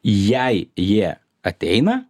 jei jie ateina